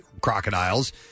crocodiles